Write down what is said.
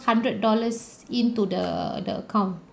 hundred dollars into the err the account